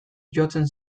jotzen